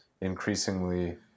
increasingly